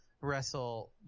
wrestle